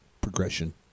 progression